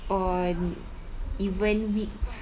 on even weeks